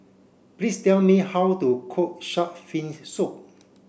please tell me how to cook shark fin soup